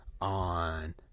on